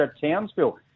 Townsville